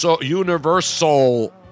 Universal